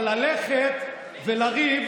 אבל ללכת ולריב